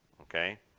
okay